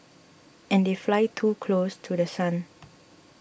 and they fly too close to The Sun